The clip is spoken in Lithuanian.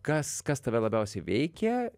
kas kas tave labiausiai veikia